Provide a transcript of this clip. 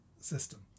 system